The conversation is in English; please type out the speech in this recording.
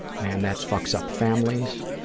man, that fucks up families.